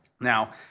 Now